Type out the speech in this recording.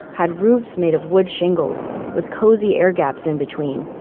had roofs made of wood shingles, with cozy air gaps in between,